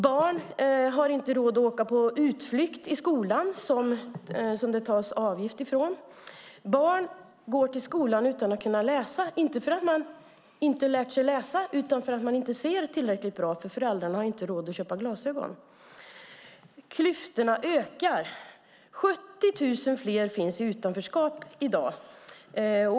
Barn har inte råd att åka på utflykt med skolan som det tas avgift för. Barn går till skolan utan att kunna läsa, inte för att de inte har lärt sig att läsa utan för att de inte ser tillräckligt bra därför att föräldrarna inte har råd att köpa glasögon. Klyftorna ökar. 70 000 fler finns i utanförskap i dag.